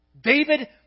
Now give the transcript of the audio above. David